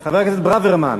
חבר הכנסת ברוורמן,